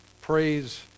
praise